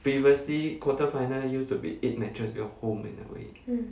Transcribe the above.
mm